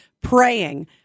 praying